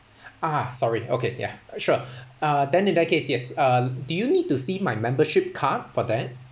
ah sorry okay ya sure uh then in that case yes um do you need to see my membership card for that